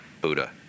Buddha